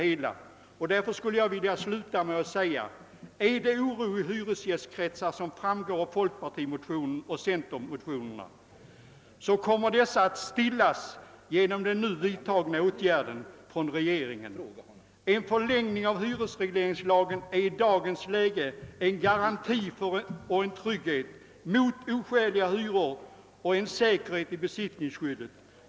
Jag skulle vilja sluta med att säga, att om det råder sådan oro i hyresgästkretsar som framgår av folkpartimotionerna, så kommer denna att stillas genom den nu vidtagna åtgärden från regeringen. En förlängning av hyresregleringslagen är i dagens läge en garanti för en trygghet mot oskäliga hyror och en säkerhet i fråga om besittningsskyddet.